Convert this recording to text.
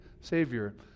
Savior